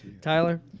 Tyler